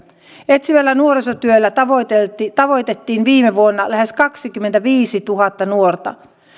etsivällä nuorisotyöllä tavoitettiin viime vuonna lähes kaksikymmentäviisituhatta nuorta